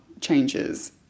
changes